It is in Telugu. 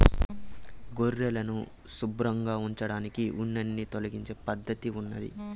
గొర్రెలను శుభ్రంగా ఉంచడానికి ఉన్నిని తొలగించే పద్ధతి ఉన్నాది